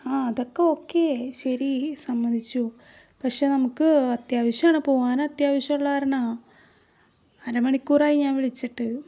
ആ അതക്കെ ഓക്കേ ശരി സമ്മതിച്ചു പക്ഷേ നമുക്ക് അത്യാവശ്യമാണ് പോവാൻ അത്യാവശ്യമുളള കാരണമാണ് അരമണിക്കൂറായി ഞാൻ വിളിച്ചിട്ട്